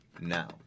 now